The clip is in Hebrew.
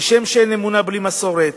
כשם שאין אמונה בלי מסורת.